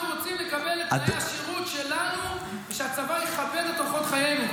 אנחנו רוצים לקבל את תנאי השירות שלנו ושהצבא יכבד את אורחות חיינו,